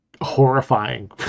horrifying